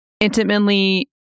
Intimately